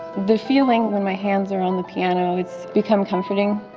the feeling when my hands are on the piano, it's become comforting.